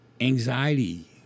anxiety